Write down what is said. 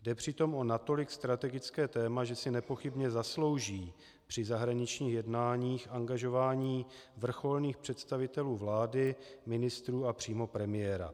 Jde přitom o natolik strategické téma, že si nepochybně zaslouží při zahraničních jednáních angažování vrcholných představitelů vlády, ministrů a přímo premiéra.